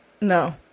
No